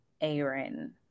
Aaron